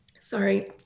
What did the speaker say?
Sorry